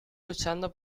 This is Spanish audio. luchando